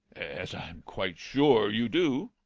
as i'm quite sure you do.